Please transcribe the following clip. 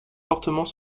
fortement